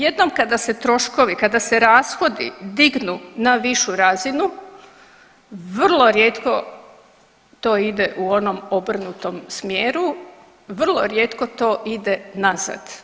Jednom kada se troškovi, kada se rashodi dignu na višu razinu, vrlo rijetko to ide u onom obrnutom smjeru, vrlo rijetko to ide nazad.